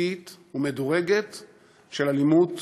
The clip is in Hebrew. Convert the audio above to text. אטית ומדורגת באלימות,